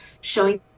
showing